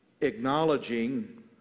acknowledging